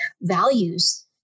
values